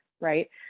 right